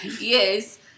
Yes